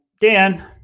Dan